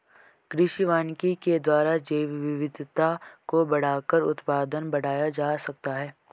कृषि वानिकी के द्वारा जैवविविधता को बढ़ाकर उत्पादन बढ़ाया जा सकता है